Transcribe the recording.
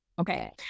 Okay